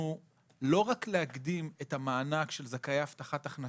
לא רק להקדים את המענק של זכאי הבטחת הכנסה,